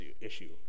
issue